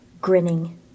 grinning